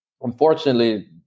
Unfortunately